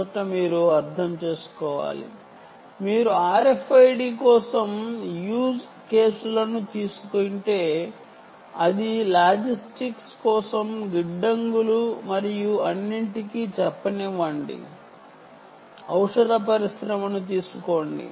మొదట మీరు అర్థం చేసుకోవాలి మీరు RFID కోసం యూజ్ కేసులను తీసుకుంటే అది వేర్హౌస్ లో లాజిస్టిక్స్ కోసం మరియు ఔషధ పరిశ్రమను తీసుకోండి